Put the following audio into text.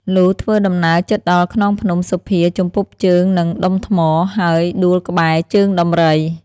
លុះធ្វើដំណើរជិតដល់ខ្នងភ្នំ សុភាជំពប់ជើងនឹងដុំថ្ម ហើយដួលក្បែរ ជើងដំរី ។